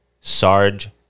Sarge